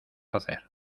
hacer